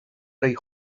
rei